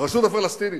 לרשות הפלסטינית.